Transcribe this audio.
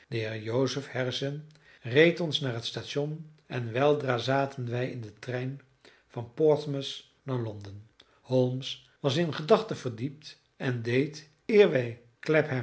joseph harrison reed ons naar het station en weldra zaten wij in den trein van portsmouth naar londen holmes was in gedachten verdiept en deed eer